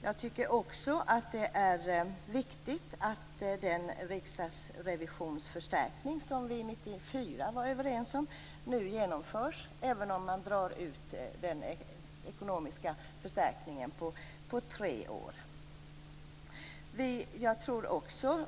Jag tycker också att det är viktigt att den riksdagsrevisionsförstärkning som vi 1994 var överens om nu genomförs, även om man drar ut den ekonomiska förstärkningen på tre år. Fru talman!